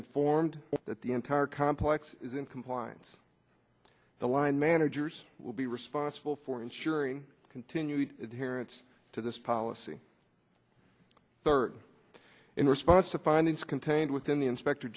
informed that the entire complex is in compliance the line managers will be responsible for ensuring continued herit to this policy third in response to findings contained within the inspector